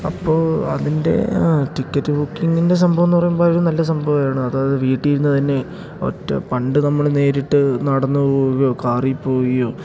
അപ്പോൾ അതിൻ്റെ ടിക്കറ്റ് ബുക്കിങ്ങിൻ്റെ സംഭവമെന്നു പറയുമ്പോൾ ഒരു നല്ല സംഭവമാണ് അതായത് വീട്ടിൽ ഇരുന്നു തന്നെ ഒറ്റ പണ്ട് നമ്മൾ നേരിട്ട് നടന്നു പോകുകയോ കാറിൽ പോയോ